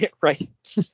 Right